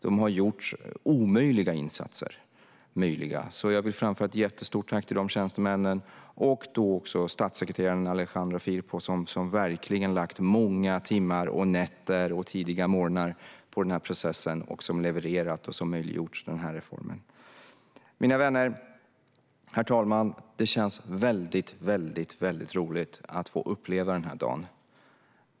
De har gjort omöjliga insatser möjliga. Jag vill framföra ett jättestort tack till dessa tjänstemän samt alltså till statssekreterare Alejandro Firpo, som har lagt många timmar, nätter och tidiga morgnar på den process som har levererat och möjliggjort denna reform. Mina vänner och herr talman! Det känns väldigt roligt att få uppleva denna dag.